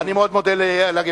אני מאוד מודה לגברת.